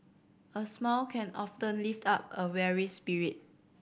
a smile can often lift up a weary spirit